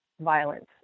violence